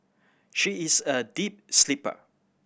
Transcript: she is a deep sleeper